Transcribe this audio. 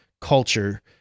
culture